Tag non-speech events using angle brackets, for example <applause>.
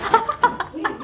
<laughs>